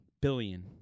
Billion